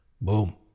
boom